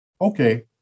Okay